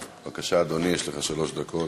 בבקשה, אדוני, יש לך שלוש דקות.